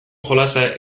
jolasa